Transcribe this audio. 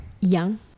young